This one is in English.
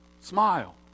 Smile